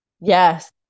Yes